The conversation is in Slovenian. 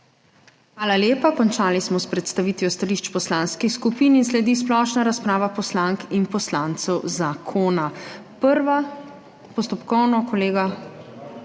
Hvala lepa. Končali smo s predstavitvijo stališč poslanskih skupin. in sledi splošna razprava poslank in poslancev zakona. Prva… postopkovno kolega…